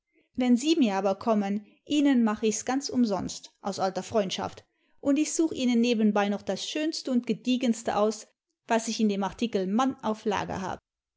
wenn sie mir aber kommen ihnen mache ich s ganz umsonst aus alter freimdschaft und ich such ihnen nebenbei noch das schönste und gediegenste aus was ich in dem artikel mann auf lager habe